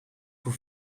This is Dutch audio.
voor